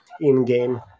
in-game